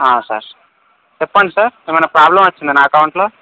sir చెప్పండి sir ఏమైనా problem వచ్చిందా నా అకౌంట్లో